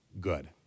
good